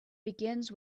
begins